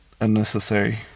unnecessary